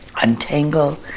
untangle